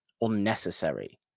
unnecessary